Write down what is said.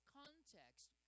context